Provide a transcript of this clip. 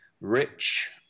rich